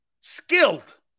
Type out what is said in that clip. skilled